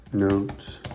notes